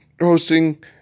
hosting